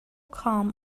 calm